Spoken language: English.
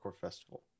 Festival